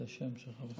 של חברת הכנסת.